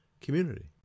community